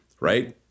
right